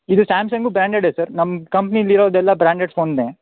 ಇದು ಸ್ಯಾಮ್ಸಂಗೂ ಬ್ರಾಂಡೆಡೇ ಸರ್ ನಮ್ಮ ಕಂಪ್ನೀಲಿ ಇರೋದೆಲ್ಲ ಬ್ರಾಂಡೆಡ್ ಫೋನೇ